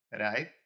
right